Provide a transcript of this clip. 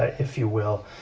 ah if you will.